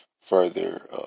further